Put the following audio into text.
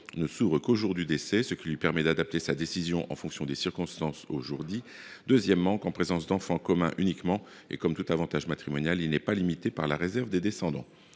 ne s’ouvre qu’au jour du décès, ce qui lui permet d’adapter sa décision en fonction des circonstances le jour dit ; deuxièmement, uniquement en présence d’enfants communs et comme tout avantage matrimonial, il n’est pas limité par la réserve des descendants.